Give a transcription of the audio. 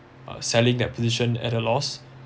uh selling that position at a loss